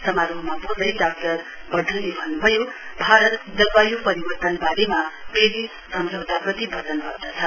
समारोहमा बोल्दै डाक्टर बर्धनले भन्नुभयो भारत जलवायु परिवर्तन बारेमा पेरिश सम्झौताप्रति बचनबध्द छ